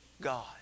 God